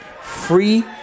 free